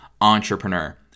entrepreneur